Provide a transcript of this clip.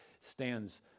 stands